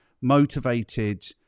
motivated